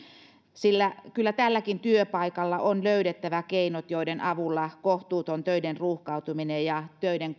sillä kyllä tälläkin työpaikalla on löydettävä keinot joiden avulla kohtuuton töiden ruuhkautuminen ja töiden